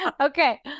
Okay